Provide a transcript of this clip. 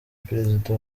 perezida